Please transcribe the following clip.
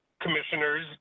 commissioners